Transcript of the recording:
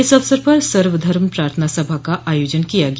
इस अवसर पर सर्वधर्म प्रार्थना सभा का आयोजन किया गया